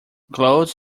clothes